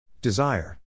Desire